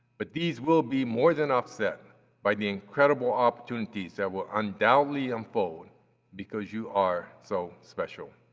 but these will be more than offset by the incredible opportunities that will undoubtedly unfold because you are so special.